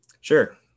Sure